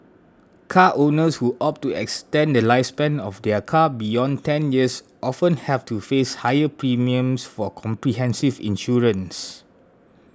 car owners who opt to extend the lifespan of their car beyond ten years often have to face higher premiums for comprehensive insurance